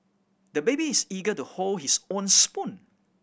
the baby is eager to hold his own spoon